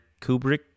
Kubrick